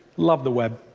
love the web.